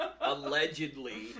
Allegedly